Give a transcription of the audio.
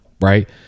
right